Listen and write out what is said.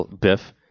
Biff